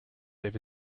over